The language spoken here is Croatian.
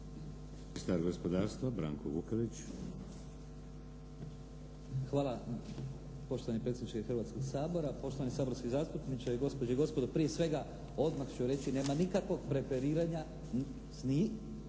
Hvala, poštovani predsjedniče Hrvatskog sabora, poštovani saborski zastupniče, gospođe i gospodo. Prije svega, odmah ću reći, nema nikakvog preferiranja s